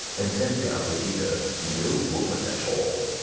and sent down with either no woman at all,